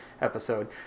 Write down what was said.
episode